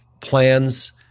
plans